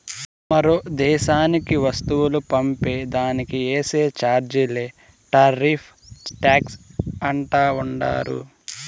మరో దేశానికి వస్తువులు పంపే దానికి ఏసే చార్జీలే టార్రిఫ్ టాక్స్ అంటా ఉండారు